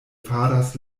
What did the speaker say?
faras